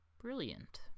Brilliant